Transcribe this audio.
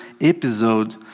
episode